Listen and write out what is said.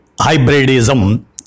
hybridism